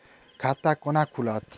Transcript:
खाता केना खुलत?